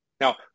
Now